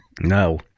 No